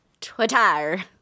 Twitter